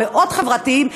המאוד-חברתיים,